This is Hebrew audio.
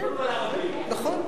כן, נכון.